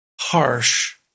harsh